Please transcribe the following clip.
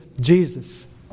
Jesus